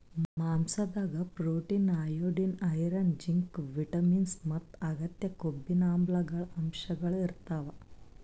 ಮಾಂಸಾದಾಗ್ protein, iodine, iron, zinc, vitamins ಮತ್ತ್ ಅಗತ್ಯ ಕೊಬ್ಬಿನಾಮ್ಲಗಳ್ ಅಂಶಗಳ್ ಇರ್ತವ್